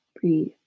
breathe